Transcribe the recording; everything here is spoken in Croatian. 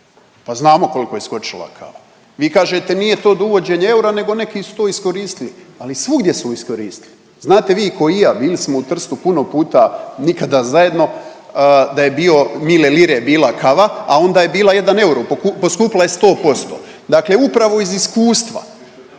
pa znamo koliko je skočila kava. Vi kažete nije to od uvođenja eura nego neki su to iskoristili. Ali svugdje su iskoristili. Znate vi ko i ja, bili smo u Trstu puno puta, nikada zajedno, da je bio mile lire je bila kava, a onda je bila jedan euro, poskupila je 100%, dakle upravo iz iskustva